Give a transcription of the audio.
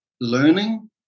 learning